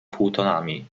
półtonami